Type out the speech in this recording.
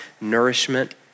nourishment